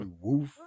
woof